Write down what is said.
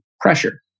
pressure